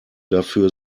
dafür